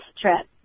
trip